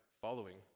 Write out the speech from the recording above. following